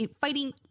fighting